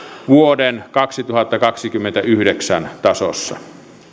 vuoden kaksituhattakaksikymmentäyhdeksän tasossa